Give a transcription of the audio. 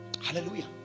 hallelujah